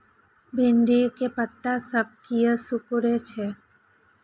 भिंडी के पत्ता सब किया सुकूरे छे?